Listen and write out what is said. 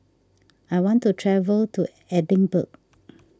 I want to travel to Edinburgh